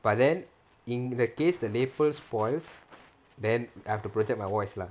but then in that case the lapel spoils then I have to project my voice lah